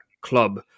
club